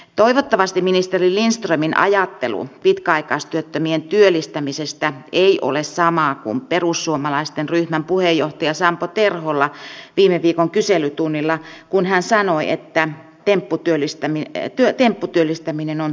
toivottavasti ministeri lindströmin ajattelu pitkäaikaistyöttömien työllistämisestä ei ole sama kuin perussuomalaisten ryhmän puheenjohtaja sampo terholla viime viikon kyselytunnilla kun hän sanoi että tempputyöllistäminen on turhaa